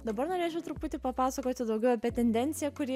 dabar norėčiau truputį papasakoti daugiau apie tendenciją kuri